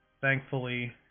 thankfully